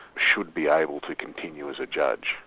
should be able to continue as a judge.